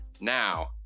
now